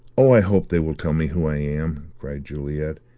oh, i hope they will tell me who i am! cried juliet.